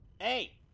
Hey